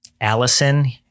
Allison